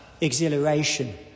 exhilaration